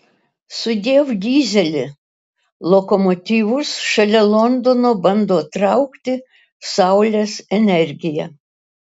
sudiev dyzeli lokomotyvus šalia londono bando traukti saulės energija